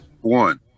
one